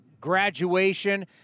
graduation